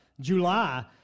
July